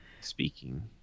Speaking